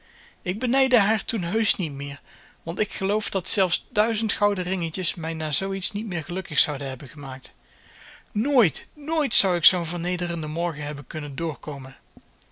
ik benijdde haar toen heusch niet meer want ik geloof dat zelfs duizend gouden ringetjes mij na zooiets niet meer gelukkig zouden hebben gemaakt nooit nooit zou ik zoo'n vernederenden morgen hebben kunnen doorkomen